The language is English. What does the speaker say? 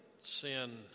sin